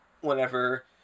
whenever